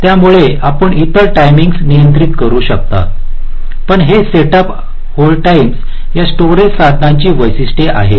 त्यामुळे आपण इतर टाईमिंगस नियंत्रित करू शकता पण हे सेटअप होल्ड टाइम्स या स्टोरेज साधनांची वैशिष्ट्ये आहेत